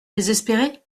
désespéré